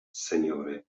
seniory